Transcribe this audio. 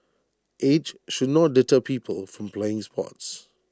age should not deter people from playing sports